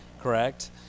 correct